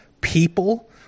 people